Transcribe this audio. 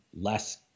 less